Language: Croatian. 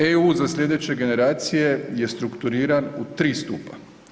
EU za sljedeće generacije“ je strukturiran u tri stupa.